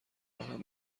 منم